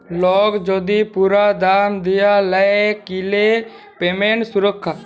lock যদি পুরা দাম দিয়া লায় কিলে পেমেন্ট সুরক্ষা